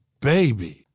baby